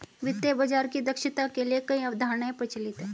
वित्तीय बाजार की दक्षता के लिए कई अवधारणाएं प्रचलित है